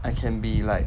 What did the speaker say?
I can be like